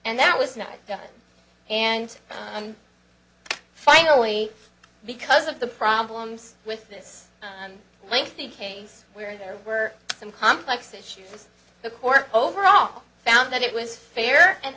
and that was not and finally because of the problems with this lengthy case where there were some complex issues the court overall found that it was fair and